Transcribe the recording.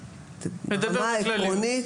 ברמה עקרונית.